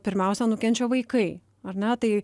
pirmiausia nukenčia vaikai ar ne tai